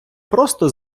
просто